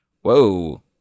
Whoa